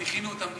אז הכינו אותם,